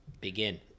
begin